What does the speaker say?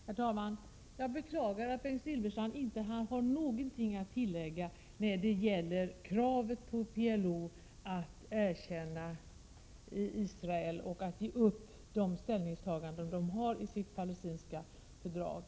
Herr talman! Jag beklagar att Bengt Silfverstrand inte har någonting att tillägga när det gäller kravet på PLO att erkänna Israel och att ge upp de ställningstaganden som har gjorts i Det nationella palestinska fördraget.